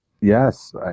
Yes